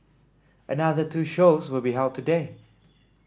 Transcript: another two shows will be held today